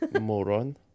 Moron